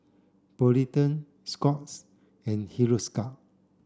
Polident Scott's and Hiruscar